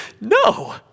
No